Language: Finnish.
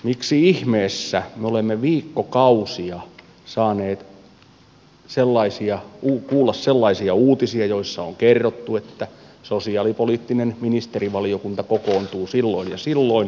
miksi ihmeessä me olemme viikkokausia saaneet kuulla sellaisia uutisia joissa on kerrottu että sosiaalipoliittinen ministerivaliokunta kokoontuu silloin ja silloin päättämään